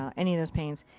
um any of those paints,